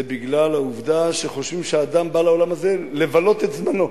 זה בגלל העובדה שחושבים שאדם בא לעולם הזה לבלות את זמנו.